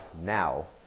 now